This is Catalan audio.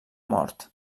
mort